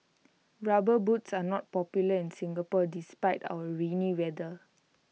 rubber boots are not popular in Singapore despite our rainy weather